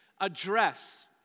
address